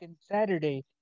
Saturday